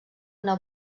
una